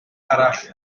arall